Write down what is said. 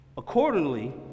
Accordingly